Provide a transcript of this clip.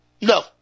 no